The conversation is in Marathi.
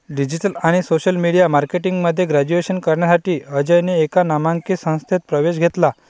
डिजिटल आणि सोशल मीडिया मार्केटिंग मध्ये ग्रॅज्युएशन करण्यासाठी अजयने एका नामांकित संस्थेत प्रवेश घेतला